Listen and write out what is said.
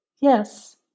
Yes